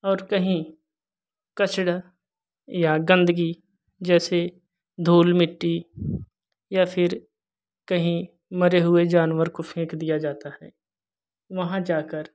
और कहीं का कचरा या गंदगी जैसे धूल मिट्टी या फिर कहीं मरे हुए जानवर को फेंक दिया जाता है वहाँ जाकर